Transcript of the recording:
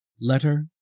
Letter